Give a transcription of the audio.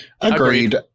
Agreed